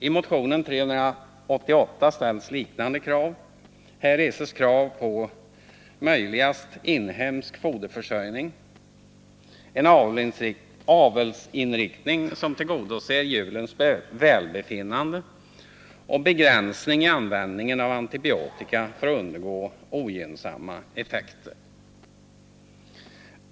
I motionen 388 ställs liknande krav. Här reses krav på i möjligaste mån inhemsk foderförsörjning, en avelsinriktning som tillgodoser djurens välbefinnande och en begränsning i användningen av antibiotika för att undgå ogynnsamma effekter.